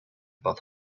both